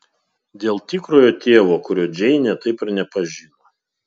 dėl tikrojo tėvo kurio džeinė taip ir nepažino